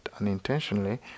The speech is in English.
unintentionally